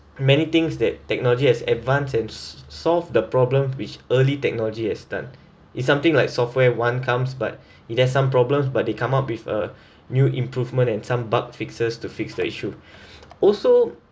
many things that technology has advanced and sol~ solve the problem which early technology has done it's something like software one comes but it has some problems but they come up with a new improvement and some bug fixers to fix the issue also